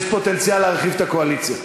יש פוטנציאל להרחיב את הקואליציה.